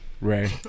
Ray